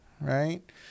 right